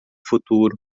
futuro